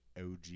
og